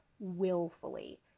willfully